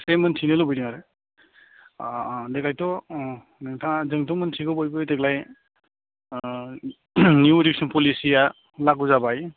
एसे मिनथिनो लुबैदों आरो देग्लायथ' नोंथाङा जोंथ' मोनथिगौ देग्लाय निउ इदुखेसन फलिसि या लागु जाबाय